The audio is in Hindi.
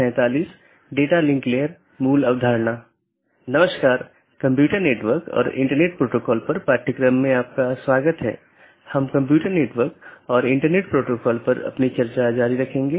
जैसा कि हम पिछले कुछ लेक्चरों में आईपी राउटिंग पर चर्चा कर रहे थे आज हम उस चर्चा को जारी रखेंगे